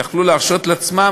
יכלו להרשות לעצמם,